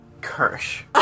Kirsch